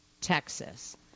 Texas